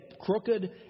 crooked